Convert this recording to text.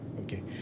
okay